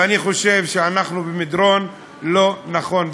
ואני חושב שאנחנו במדרון בכיוון לא נכון.